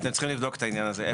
אתם צריכים לבדוק את העניין הזה.